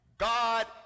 God